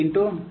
01 0